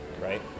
right